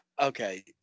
Okay